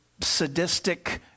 sadistic